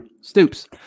stoops